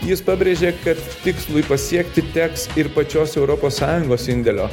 jis pabrėžė kad tikslui pasiekti teks ir pačios europos sąjungos indėlio